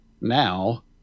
now